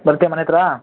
ಬರ್ತೀಯ ಮನೆ ಹತ್ರ